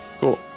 Cool